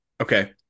Okay